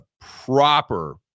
proper